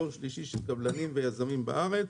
דור שלישי של קבלנים ויזמים בארץ,